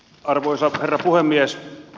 arvoisa herra puhemies